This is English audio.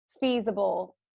feasible